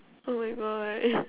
oh my God